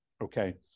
okay